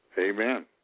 Amen